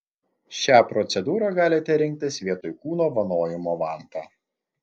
šią procedūrą galite rinktis vietoj kūno vanojimo vanta